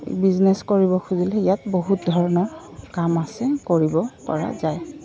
business কৰিব খুজিলে ইয়াত বহুত ধৰণৰ কাম আছে কৰিব পৰা যায়